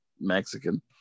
Mexican